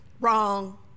Wrong